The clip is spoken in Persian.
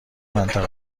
منطقه